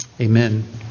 Amen